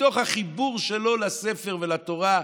מתוך החיבור שלו לספר ולתורה,